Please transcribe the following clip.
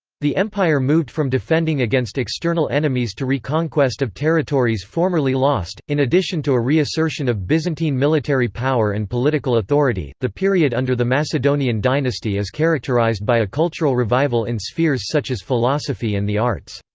the empire moved from defending against external enemies to reconquest of territories formerly lost in addition to a reassertion of byzantine military power and political authority, the period under the macedonian dynasty is characterised by a cultural revival in spheres such as philosophy and the arts.